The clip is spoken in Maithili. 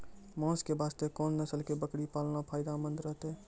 मांस के वास्ते कोंन नस्ल के बकरी पालना फायदे मंद रहतै?